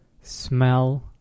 smell